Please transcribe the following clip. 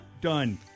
Done